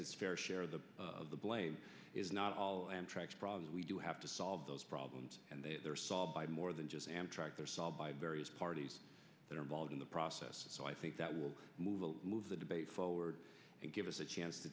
its fair share of the of the blame is not all amtrak problems we do have to solve those problems and they are solved by more than just amtrak they are solved by various parties that are involved in the process so i think that will move move the debate forward and give us a chance to